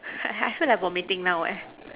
I I feel like vomiting now eh